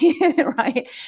right